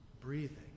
breathing